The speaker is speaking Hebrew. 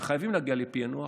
וחייבים להגיע לפענוח,